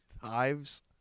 Hives